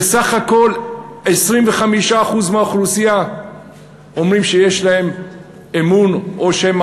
סך הכול 25% מהאוכלוסייה אומרים שיש להם אמון או שהם